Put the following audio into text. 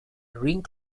ring